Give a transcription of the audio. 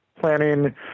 planning